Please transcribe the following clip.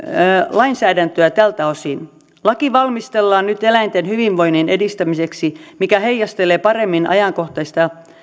lainsäädäntöä tältä osin laki valmistellaan nyt eläinten hyvinvoinnin edistämiseksi mikä heijastelee paremmin ajankohtaista